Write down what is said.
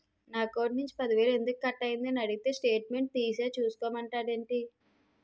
నా అకౌంట్ నుంచి పది వేలు ఎందుకు కట్ అయ్యింది అని అడిగితే స్టేట్మెంట్ తీసే చూసుకో మంతండేటి